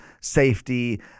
safety